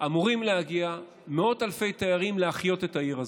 אמורים להגיע מאות אלפי תיירים להחיות את העיר הזאת,